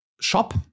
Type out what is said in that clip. shop